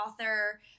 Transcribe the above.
author